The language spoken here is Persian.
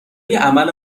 عمل